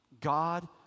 God